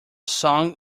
song